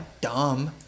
dumb